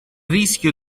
rischio